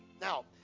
Now